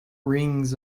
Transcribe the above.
rings